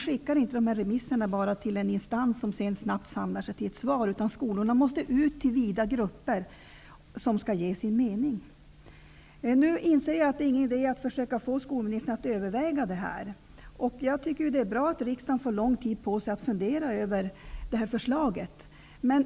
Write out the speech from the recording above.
Begäran om remiss går inte ut till en viss instans som sedan snabbt samlar sig till ett svar, utan skolorna måste nå ut till vida grupper, som skall säga sin mening. Jag inser att det inte är någon idé att försöka få skolministern att överväga en förlängning av remisstiden. Jag tycker att det är bra att riksdagen får lång tid på sig att fundera över förslaget.